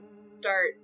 start